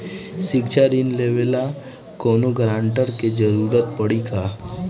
शिक्षा ऋण लेवेला कौनों गारंटर के जरुरत पड़ी का?